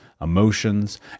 emotions